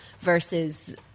versus